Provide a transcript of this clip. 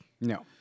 No